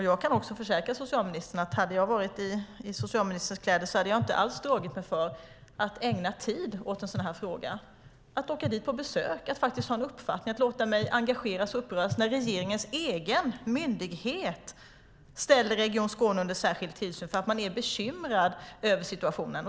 Jag kan försäkra socialministern att om jag hade varit i socialministerns kläder hade jag inte alls dragit mig för att ägna tid åt en sådan här fråga, att åka dit på besök, att faktiskt ha en uppfattning, att låta mig engageras och uppröras, när regeringens egen myndighet ställer Region Skåne under särskild tillsyn eftersom man är bekymrad över situationen.